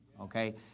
Okay